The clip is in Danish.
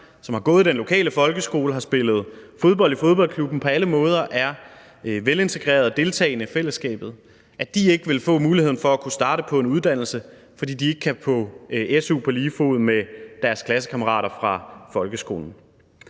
som har gået i den lokale folkeskole og har spillet fodbold i fodboldklubben og på alle måder er velintegrerede og deltagende i fællesskabet, ikke ville få muligheden for at kunne starte på en uddannelse, fordi de ikke kan få su på lige fod med deres klassekammerater fra folkeskolen.